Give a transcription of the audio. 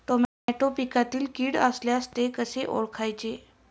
Tomato पिकातील कीड असल्यास ते कसे ओळखायचे?